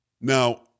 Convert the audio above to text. Now